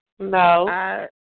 No